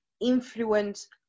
influence